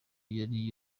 yari